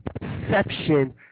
perception